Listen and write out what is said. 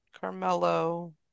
Carmelo